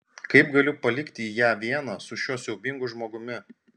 kaip galiu palikti ją vieną su šiuo siaubingu žmogumi